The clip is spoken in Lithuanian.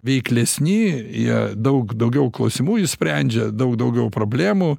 veiklesni jie daug daugiau klausimų išsprendžia daug daugiau problemų